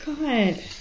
God